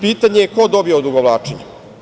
Pitanje je ko dobija odugovlačenjem?